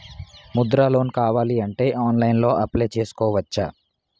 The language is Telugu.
ముద్రా లోన్ కావాలి అంటే ఆన్లైన్లో అప్లయ్ చేసుకోవచ్చా?